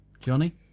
johnny